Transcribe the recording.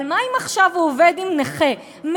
אבל מה אם עכשיו הוא עובד עם נכה 100%,